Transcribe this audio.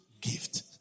gift